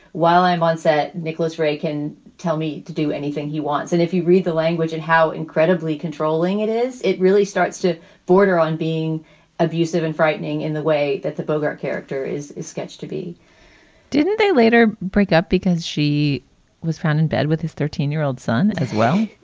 while i'm on set, nicholas ray can tell me to do anything he wants. and if he read the language and how incredibly controlling it is, it really starts to border on being abusive and frightening in the way that the bogart character is is sketch to be didn't they later break up because she was found in bed with his thirteen year old son as well?